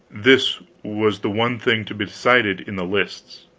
this was the one thing to be decided in the lists.